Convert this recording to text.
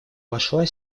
вошла